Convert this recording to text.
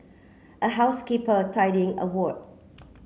a housekeeper tidying a ward